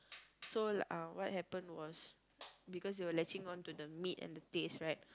so uh what happened was because it was latching on to the meat and the taste right